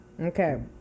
Okay